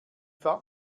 fahrt